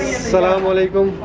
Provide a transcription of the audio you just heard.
assalam alaikum